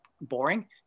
boring